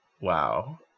Wow